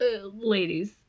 ladies